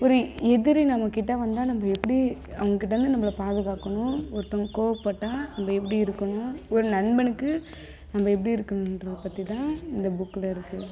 ஒரு எதிரி நம்மகிட்ட வந்தால் நம்ம எப்படி அவங்ககிட்டேருந்து நம்மள பாதுகாக்கனும் ஒருத்தவங்க கோபப்பட்டா நம்ம எப்படி இருக்கணும் ஒரு நண்பனுக்கு நம்ம எப்படி இருக்கணும்றத பற்றி தான் இந்த புக்கில் இருக்குது